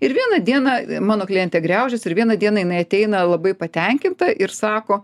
ir vieną dieną mano klientė griaužės ir vieną dieną jinai ateina labai patenkinta ir sako